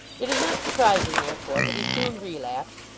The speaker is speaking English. it is not surprising, therefore, that he soon relapsed,